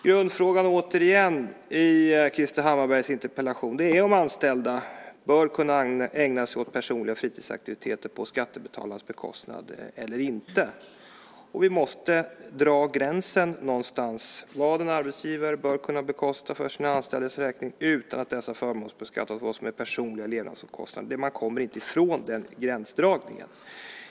Grundfrågan, återigen, i Krister Hammarberghs interpellation är om anställda bör kunna ägna sig åt personliga fritidsaktiviteter på skattebetalarnas bekostnad eller inte. Vi måste dra gränsen någonstans för vad en arbetsgivare bör kunna bekosta för sina anställdas räkning utan att dessa förmånsbeskattas för vad som är personliga levnadsomkostnader. Man kommer inte ifrån den gränsdragningen.